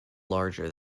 larger